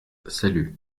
salut